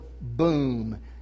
boom